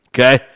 Okay